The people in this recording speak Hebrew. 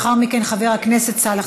חבר הכנסת יואל חסון,